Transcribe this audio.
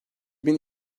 bin